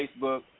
Facebook